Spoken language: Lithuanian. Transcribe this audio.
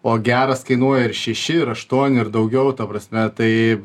o geras kainuoja ir šeši ir aštuoni ir daugiau ta prasme tai